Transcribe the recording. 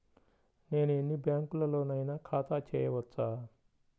నేను ఎన్ని బ్యాంకులలోనైనా ఖాతా చేయవచ్చా?